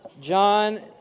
John